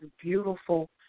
beautiful